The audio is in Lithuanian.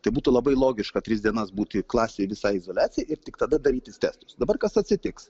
tai būtų labai logiška tris dienas būti klasei visai izoliacijoj ir tik tada darytis testus dabar kas atsitiks